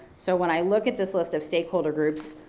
so when i look at this list of stakeholder groups,